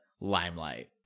limelight